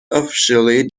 officially